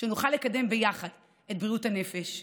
שנוכל לקדם ביחד את בריאות הנפש,